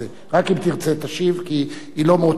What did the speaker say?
רק אם תרצה תשיב, כי היא לא מאותו נושא.